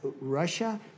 Russia